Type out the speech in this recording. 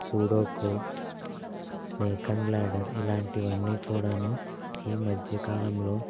ఆ sudoku snake and ladder ఇలాంటివన్ని కూడాను ఈ మధ్య కాలంలో